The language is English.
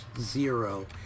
Zero